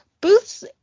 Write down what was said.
Booth's